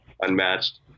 unmatched